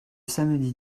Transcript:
samedi